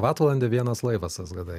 vatvalandė vienas laivas sgd